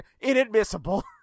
inadmissible